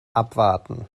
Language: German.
abwarten